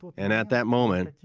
and at that moment,